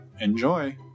enjoy